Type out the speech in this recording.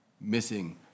missing